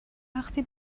وقتی